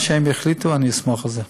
מה שהם יחליטו, אני אסמוך על זה.